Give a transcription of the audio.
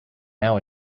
now